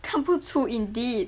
看不出 indeed